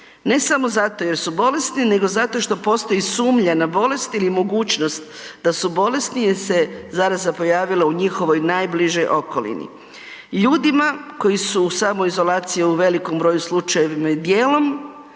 ne samo zato jer su bolesni nego zato što postoji sumnja na bolest ili mogućnost da su bolesni jer se zaraza pojavila u njihovoj najbližoj okolini. Ljudima koji su u samoizolaciji u velikom broju slučajeva i dijelom